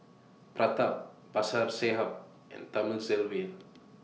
Pratap Babasaheb and Thamizhavel